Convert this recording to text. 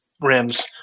rims